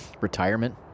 Retirement